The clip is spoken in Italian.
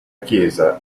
chiesa